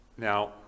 Now